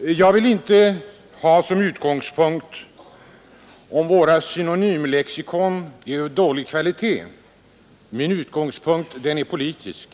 Jag vill inte ha som utgångspunkt frågan om våra synonymlexikon är av dålig kvalitet. Min utgångspunkt är politisk.